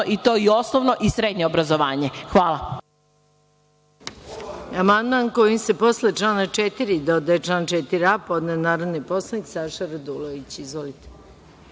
i to i osnovno i srednje obrazovanje. Hvala.